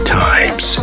times